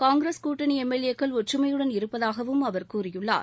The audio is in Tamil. காங்கிரஸ் கூட்டணி எம் எல் ஏ க்கள் ஒற்றுமையுடன் இருப்பதாகவும் அவர் கூறியுள்ளார்